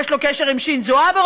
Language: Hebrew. יש לו קשר עם שינזו אבה,